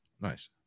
Nice